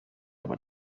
aber